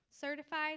certified